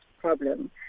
problem